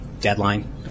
deadline